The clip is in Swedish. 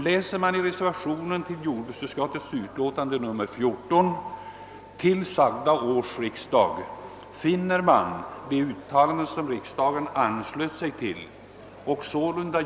Läser man den reservation som är fogad till jordbruksutskottets utlåtande nr 14 år 1962, finner man det uttalande som riksdagen anslöt sig till.